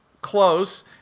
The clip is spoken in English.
Close